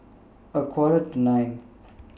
A Quarter to nine